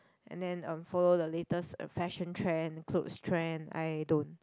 and then um follow the latest fashion trend cloth trend I don't